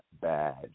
badge